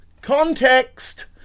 context